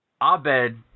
Abed